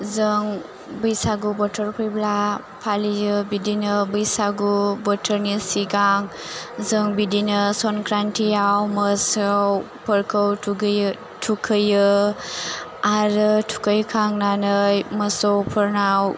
जों बैसागु बोथोर फैब्ला फालियो बिदिनो बैसागु बोथोरनि सिगां जों बिदिनो सनख्रानथियाव मोसौफोरखौ थुगैयो थुखैयो आरो थुखैखांनानै मोसौफोरनाव